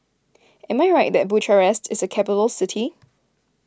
am I right that Bucharest is a capital city